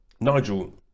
Nigel